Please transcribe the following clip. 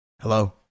Hello